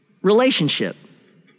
relationship